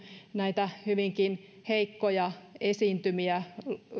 näitä hyvinkin heikkoja esiintymiä